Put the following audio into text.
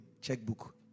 checkbook